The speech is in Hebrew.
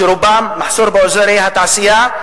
מחסור באזורי תעשייה,